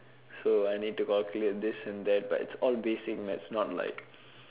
so I need to calculate this and that but it's all basic maths not like